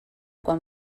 quan